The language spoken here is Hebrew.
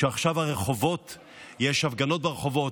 שעכשיו יש הפגנות ברחובות.